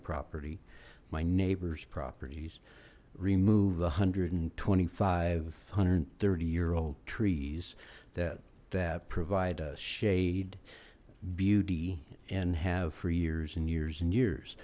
property my neighbor's properties remove a hundred and twenty five hundred thirty year old trees that that provide a shade beauty and have for years and years and years